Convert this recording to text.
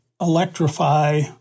electrify